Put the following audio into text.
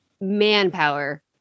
manpower